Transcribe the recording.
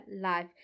life